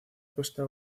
costa